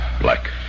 Black